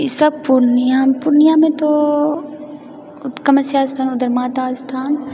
ई सब पूर्णिया पूर्णियामे तऽ कामख्या स्थान उधर माता स्थान